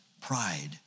pride